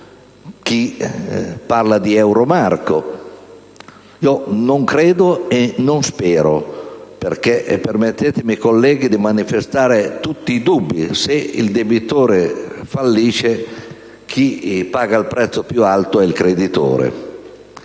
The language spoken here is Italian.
chi parla di "euromarco". Non credo, e non spero, perché - permettetemi di manifestare tutti i dubbi - se il debitore fallisce, chi paga il prezzo più alto è il creditore.